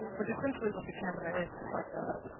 which essentially what the camera is. it's like a